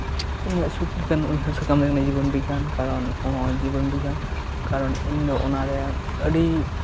ᱤᱧᱟᱜ ᱥᱩᱠᱞᱮᱠᱟᱱ ᱩᱭᱦᱟᱹᱨ ᱥᱟᱠᱟᱢ ᱫᱚ ᱦᱩᱭᱩᱜ ᱠᱟᱱᱟ ᱡᱤᱵᱚᱱ ᱵᱤᱜᱽᱜᱟᱱ ᱠᱟᱨᱚᱱ ᱚᱱᱟ ᱡᱤᱵᱚᱱ ᱵᱤᱜᱽᱜᱟᱱ ᱠᱟᱨᱚᱱ ᱤᱧᱫᱚ ᱚᱱᱟᱨᱮ ᱟᱹᱰᱤ